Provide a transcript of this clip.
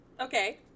Okay